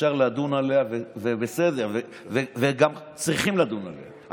אפשר לדון עליה, זה בסדר, וגם צריכים לדון עליה.